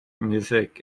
music